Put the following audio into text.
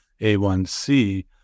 A1C